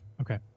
Okay